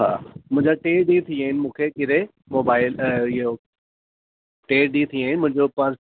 हा मुंहिंजा टे ॾींहं थी विया आहिनि मूंखे मोबाइल इहो टे ॾींहं थी विया आहिनि मुंहिंजो पर्स